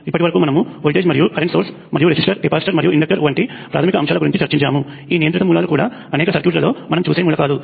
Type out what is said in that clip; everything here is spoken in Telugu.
ఇప్పటివరకు మనము వోల్టేజ్ మరియు కరెంట్ సోర్స్ మరియు రెసిస్టర్ కెపాసిటర్ మరియు ఇండక్టర్ వంటి ప్రాథమిక అంశాల గురించి చర్చించాము ఈ నియంత్రిత మూలాలు కూడా అనేక సర్క్యూట్లలో మనం చూసే మూలకాలు